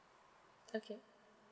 okay